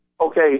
okay